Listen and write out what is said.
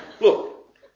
Look